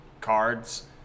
cards